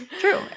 True